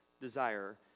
desire